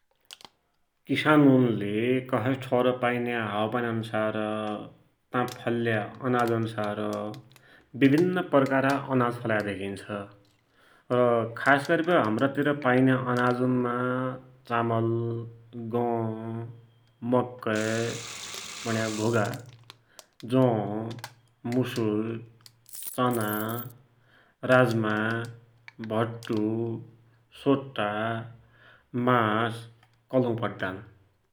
किसानुनले कसै ठौर पाइन्या हावापानी अन्सार ता फल्या अनाज अन्सार विभिन्न प्रकारका अनाज फलाया धेकिन्छ र खासगरिवटि हमरातिर पाइन्या अनाजुनमा चामल, गौँ, मकै भुण्या घोगा, जौ, मुसुर, चना, राजमा, भट्टु, सोट्टा, मास, कलउ पड्डान् ।